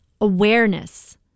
awareness